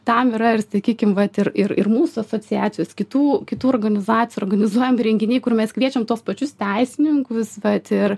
tam yra ir sakykim vat ir ir ir mūsų asociacijos kitų kitų organizacijų organizuojami renginiai kur mes kviečiam tuos pačius teisininkus vat ir